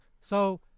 So-